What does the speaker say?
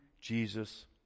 Jesus